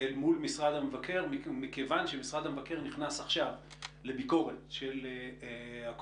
אל מול משרד המבקר מכיוון שמשרד המבקר נכנס עכשיו לביקורת של הקורונה,